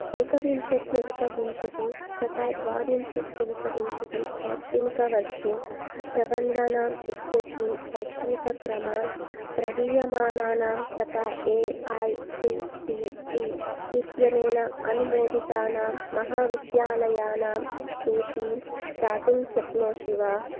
एकविंशत्यदिकविंशति तथा द्वाविंशत्यदिकविंशति शैक्षणिकवर्षे प्रबन्दानाम् इत्यस्मिन् शैक्षणिकक्रमान् प्रदीयमानानां तता A I C T E इत्यनेन अनुमोदितानां महाविद्यालयानां सूचीं दातुं शक्नोषि वा